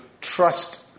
trust